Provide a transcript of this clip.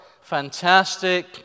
fantastic